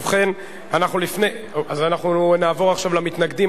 ובכן, נעבור עכשיו למתנגדים.